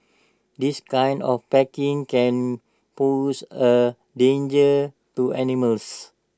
this kind of packing can pose A danger to animals